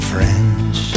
French